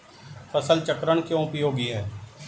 फसल चक्रण क्यों उपयोगी है?